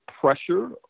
pressure